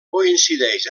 coincideix